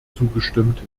zugestimmt